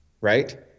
right